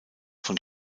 von